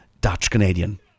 Dutch-Canadian